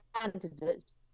candidates